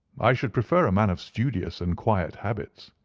i should prefer a man of studious and quiet habits.